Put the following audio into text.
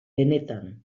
benetan